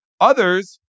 Others